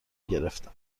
گرفتن